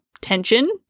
tension